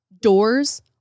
doors